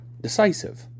decisive